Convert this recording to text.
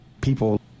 people